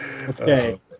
Okay